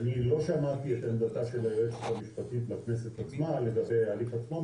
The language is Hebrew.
לא שמעתי את עמדתה של היועצת המשפטית לגבי ההליך עצמו,